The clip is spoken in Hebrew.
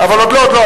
עוד לא, עוד לא.